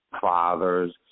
father's